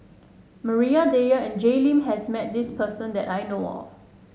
Maria Dyer and Jay Lim has met this person that I know of